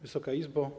Wysoka Izbo!